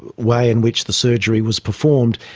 way in which the surgery was performed,